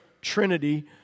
Trinity